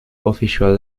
official